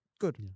Good